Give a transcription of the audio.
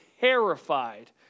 terrified